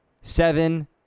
seven